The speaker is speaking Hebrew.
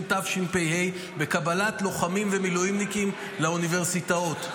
תשפ"ה בקבלת לוחמים ומילואימניקים לאוניברסיטאות.